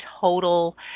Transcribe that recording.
total